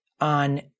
on